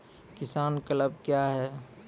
किसान क्लब क्या हैं?